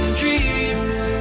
dreams